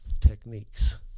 techniques